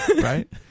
right